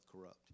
corrupt